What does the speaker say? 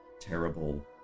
terrible